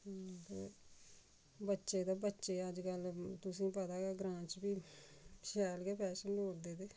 बच्चे ते बच्चे अज्जकल तुसें पता गै ग्रांऽ च बी शैल गै फैशन लोड़दे ते